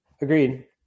Agreed